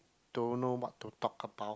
don't know what to talk about